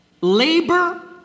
Labor